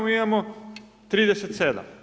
Mi imamo 37.